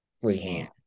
freehand